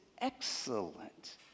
excellent